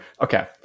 Okay